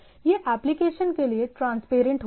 यह एप्लीकेशन के लिए ट्रांसपेरेंट होता है